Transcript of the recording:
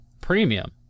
Premium